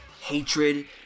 Hatred